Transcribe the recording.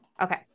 Okay